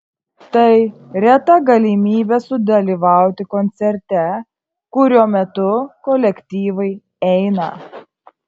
tai reta galimybė sudalyvauti koncerte kurio metu kolektyvai eina